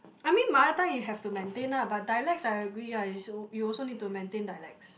I mean mother tongue you have to maintain ah but dialects I agree ah you you also need to maintain dialects